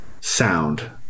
sound